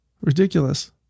ridiculous